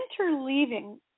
interleaving